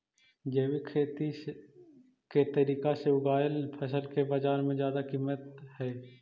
जैविक खेती के तरीका से उगाएल फसल के बाजार में जादा कीमत हई